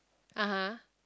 (aha)